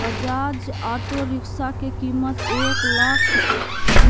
Bajaj auto rickshaw के कीमत एक लाख